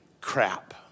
Crap